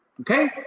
okay